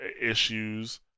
issues